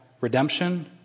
redemption